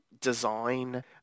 design